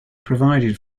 provided